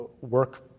work